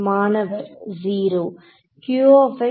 மாணவர் 0